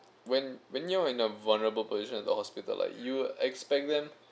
when when you're in a vulnerable position at the hospital like you expect them